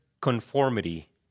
conformity